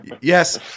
Yes